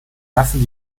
lassen